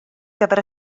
gyfer